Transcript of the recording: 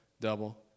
double